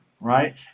Right